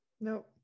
Nope